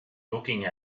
looking